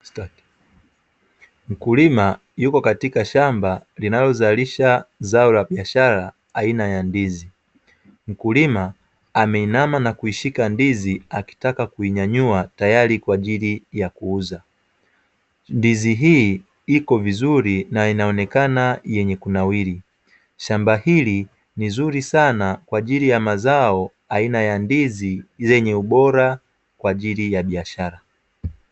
Mkulima yuko katika shamba linalozalisha zao la biashara aina ya ndizi, mkulima ameinama na kuishika ndizi akitaka kuinyanyua tayari kwa ajili ya kuuza. Ndizi hii iko vizuri na inaonekana yenye kunawiri, shamba hili ni zuri sana kwa ajili ya mazao aina ya ndizi zenye ubora kwa ajili ya biashara.